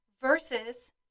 versus